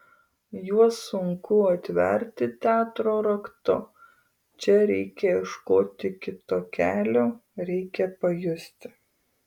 juos sunku atverti teatro raktu čia reikia ieškoti kito kelio reikia pajusti